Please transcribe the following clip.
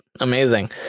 Amazing